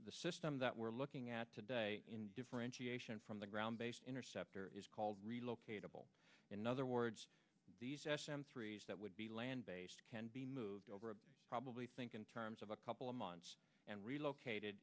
the system that we're looking at today in differentiation from the ground based interceptor is called relocatable in other words the threes that would be land based can be moved over probably think in terms of a couple of months and relocated